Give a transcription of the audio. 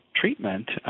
treatment